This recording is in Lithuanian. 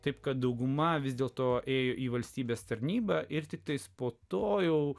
taip kad dauguma vis dėlto ėjo į valstybės tarnybą ir tik tais po to jau